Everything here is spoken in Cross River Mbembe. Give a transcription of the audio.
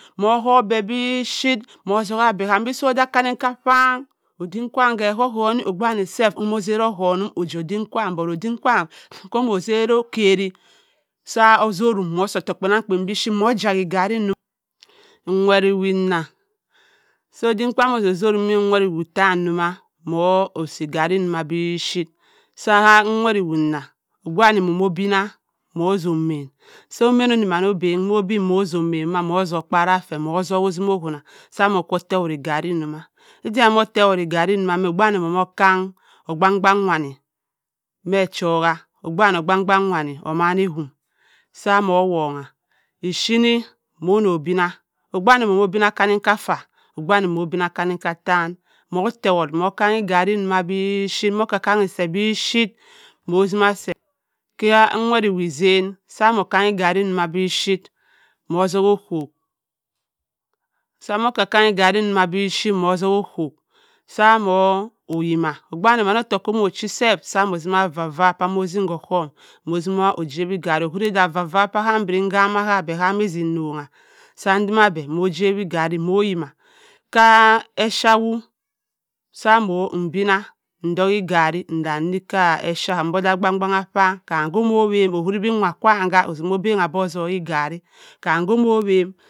Mo-okup ben bi ip sambe ode okani-aka pawn, odim-kwam kegu guni okpei wani sef mo-atera ogun'm oje odim-kwam but odim-kwan ku mo-teri okeri sa otorum, mmo asi ottok kpan-akpan bi chip mmo yagi igeri nju. Nwere-owi-nna, sa odim-kwam mo otorim ka nwere owi-ntan ma mmo osi igari nkwu ma chip, sa-ha nwer-owi-nna kpei wanne mmo-bina mmo-ata ommen sa ommen-mi-mina obegn, mma se gbare fer mmo togha otima kwuna omma kwa otum-igare cho-ma isa-ima-tuwav igare ncho-ma okpei wanne mmo okang ogban ogban-wanne, meh ejuka, okpei wanna ogban-ogban wanne omana ekum, se mo wugha, ophyine onno obina okpei wanne immo bina okani-aka ata, okpei wanne immo bina okani-aka atan mmo eteh ewo, immo kaghi igere joh bi chip mmo ki-kang beh bi chip immo-tima se ka awer iwu-nchen sa-mmo okan-igare ncho ma chip mo-otagha ochop sam mo ki-kanghe ogare njoh sa mmo yema okpei wanne immo ottok gode ochi-sef, se mmo timi iffa-iffa pa mmo tim ma osohm ma otim mo oyip igare okwiri beh iffa-iffa peh ka mbiri nkama akpeh agama odick songha wi ngare immo-yima ke, echa ewu, sam oh ibinna ntogha igari nde uruk sa echa, mbeh ode agba-agba owam kam ko-de owem okwiri bi nwa-kwam otima obenha-beh ottok igare, kam ko ede wem